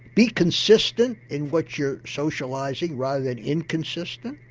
be consistent in what you're socialising rather than inconsistent.